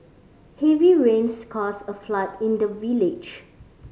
heavy rains caused a flood in the village